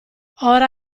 ora